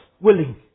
willing